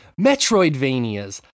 Metroidvanias